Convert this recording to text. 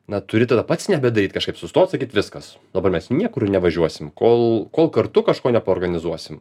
na turi tada pats nebedaryt kažkaip sustot sakyt viskas dabar mes niekur nevažiuosim kol kol kartu kažko nepaorganizuosim